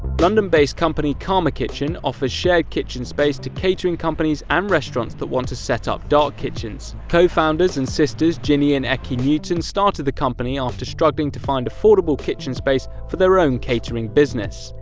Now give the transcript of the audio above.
london-based company karma kitchen offers shared kitchen space to catering companies and restaurants that want to set up dark kitchens. co-founders and sisters gini and eccie newton started the company after struggling to find affordable kitchen space for their own catering business.